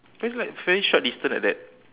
feels like very short distance like that